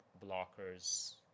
blockers